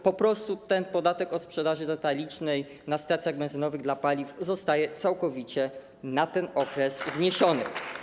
Po prostu ten podatek od sprzedaży detalicznej na stacjach benzynowych dla paliw zostaje całkowicie na ten okres zniesiony.